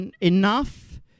enough